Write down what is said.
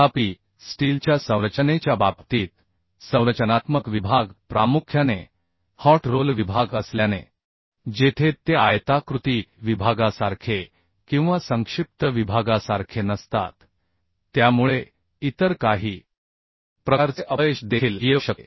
तथापि स्टीलच्या संरचनेच्या बाबतीत संरचनात्मक विभाग प्रामुख्याने हॉट रोल विभाग असल्याने जेथे ते आयताकृती विभागासारखे किंवा संक्षिप्त विभागासारखे नसतात त्यामुळे इतर काही प्रकारचे अपयश देखील येऊ शकते